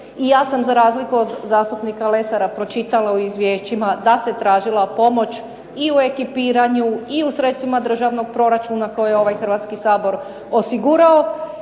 I ja sam, za razliku od zastupnika Lesara, pročitala u izvješćima da se tražila pomoć i u ekipiranju i u sredstvima državnog proračuna koje ovaj Hrvatski sabor osigurao